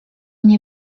nie